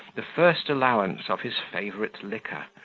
the first allowance of his favourite liquor,